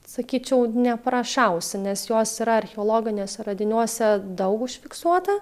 sakyčiau neprašausi nes jos yra archeologiniuose radiniuose daug užfiksuota